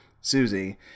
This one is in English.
Susie